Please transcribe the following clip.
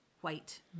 white